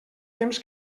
temps